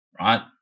right